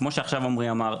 בסוף אני אמון על המטופל.